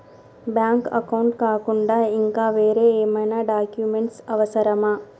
Bank account కాకుండా ఇంకా వేరే ఏమైనా డాక్యుమెంట్స్ అవసరమా?